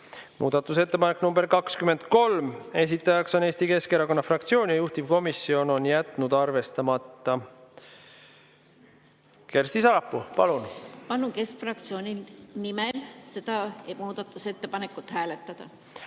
Muudatusettepanek nr 14, esitaja on [Eesti] Keskerakonna fraktsioon, juhtivkomisjon on jätnud arvestamata. Kersti Sarapuu, palun! Keskfraktsiooni nimel palun seda muudatusettepanekut hääletada.